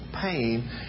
pain